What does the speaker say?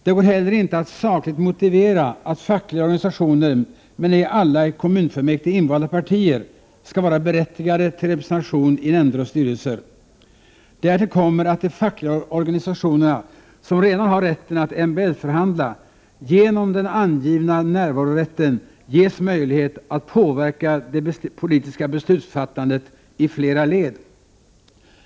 Det går inte heller att sakligt motivera att fackliga organisationer men ej alla i kommunfullmäktige invalda partier skall 35 vara berättigade till representation i nämnder och styrelser. Därtill kommer att de fackliga organisationerna, som redan har rätten att MBL-förhandla, genom den angivna närvarorätten ges möjlighet att påverka det politiska beslutsfattandet i flera led.